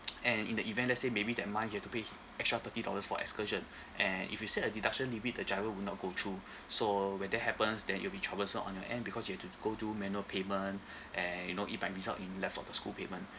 and in the event let's say maybe that month you have to pay extra thirty dollars for excursion and if you set a deduction limit the giro will not go through so when that happens then it'll be troublesome on your end because you have to go do manual payment and you know it by result in left of the school payment